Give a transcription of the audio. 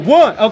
one